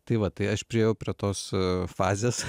tai va tai aš priėjau prie tos fazės